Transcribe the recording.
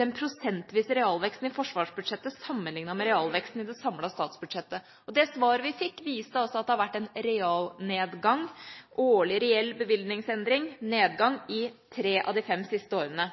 den prosentvise realveksten i forsvarsbudsjettet sammenliknet med realveksten i det samlede statsbudsjettet. Det svaret vi fikk, viste at det har vært realnedgang, årlig reell bevilgningsendring, i tre av de fem siste årene.